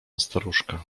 staruszka